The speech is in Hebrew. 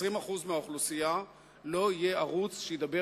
ל-20% מהאוכלוסייה לא יהיה ערוץ שידבר